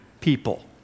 people